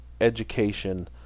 education